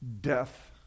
death